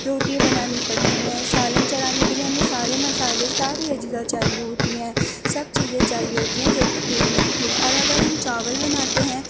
روٹی بنانی پڑتی ہے سالن چڑھانے کے لیے ہمیں سارے مسالے ساری اجزا چاہیے ہوتی ہیں سب چیزیں چاہیے ہوتی ہیں جو کہ دیر لگتی ہے اور اگر ہم چاول بناتے ہیں